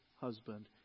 husband